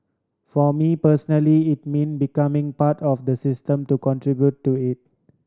for me personally it mean becoming part of the system to contribute to it